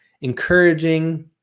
encouraging